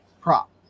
prop